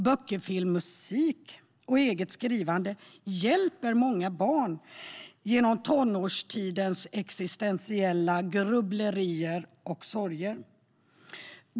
Böcker, film, musik och eget skrivande hjälper många barn genom tonårstidens existentiella grubblerier och sorger.